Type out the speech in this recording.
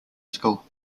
school